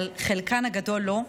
אבל חלקן הגדול לא.